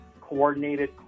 coordinated